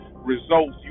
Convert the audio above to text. results